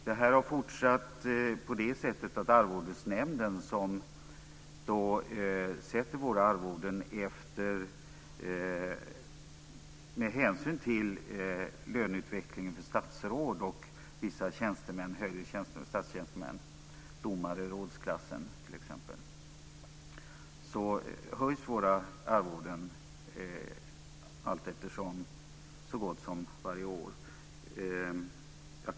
Det här har fortsatt så att Arvodesnämnden sätter våra arvoden med hänsyn till löneutvecklingen för statsråd och vissa högre statstjänstemän - t.ex. domare i rådsklassen - vilket har inneburit att våra arvoden har höjts så gott som varje år.